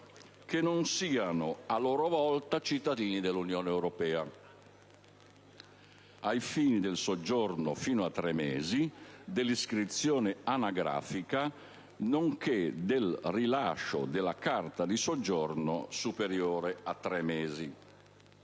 che non siano, a loro volta, cittadini dell'Unione europea ai fini del soggiorno fino a tre mesi dell'iscrizione anagrafica, nonché del rilascio della carta di soggiorno di durata superiore a tre mesi.